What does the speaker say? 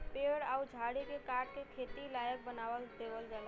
पेड़ अउर झाड़ी के काट के खेती लायक बना देवल जाला